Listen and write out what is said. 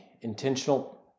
intentional